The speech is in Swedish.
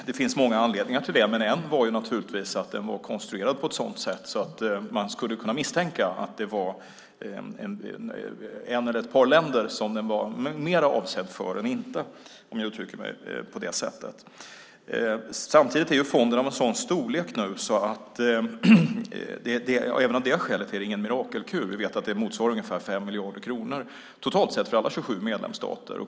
Det finns många anledningar till det, men en var naturligtvis att den var konstruerad på ett sådant sätt att man skulle kunna misstänka att den var mer avsedd för ett eller ett par länder, om jag uttrycker mig på det sättet. Samtidigt är fonden av en sådan storlek nu att den även av detta skäl inte är någon mirakelkur. Vi vet att den motsvarar ungefär 5 miljarder kronor totalt sett för alla 27 medlemsstater.